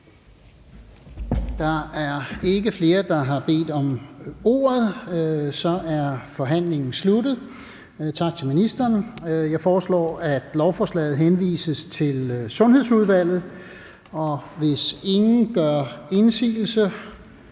Der er ikke flere, der har bedt om ordet, og så er forhandlingen sluttet. Jeg foreslår, at lovforslaget henvises til Sundhedsudvalget. Hvis ingen gør indsigelse,